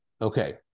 Okay